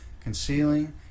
concealing